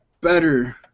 better